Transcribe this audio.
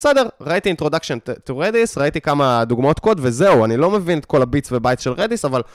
סדר? ראיתי introduction to Redis, ראיתי כמה דוגמאות קוד, וזהו, אני לא מבין את כל הביטס ובייט של רדיס, אבל...